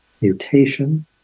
mutation